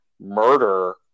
murder